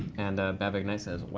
and bavick knight says,